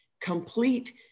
complete